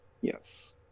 Yes